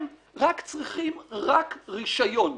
הם רק צריכים רק רישיון.